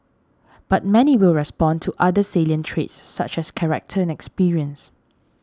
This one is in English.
but many will respond to other salient traits such as character and experience